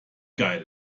geil